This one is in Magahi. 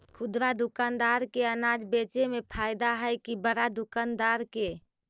खुदरा दुकानदार के अनाज बेचे में फायदा हैं कि बड़ा दुकानदार के?